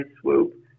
swoop